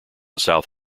south